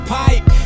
pipe